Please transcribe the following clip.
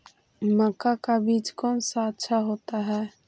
मक्का का बीज कौन सा अच्छा होता है?